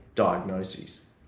Diagnoses